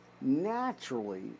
naturally